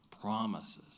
promises